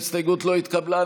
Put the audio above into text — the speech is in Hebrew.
ההסתייגות לא התקבלה.